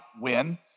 win